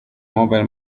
mobile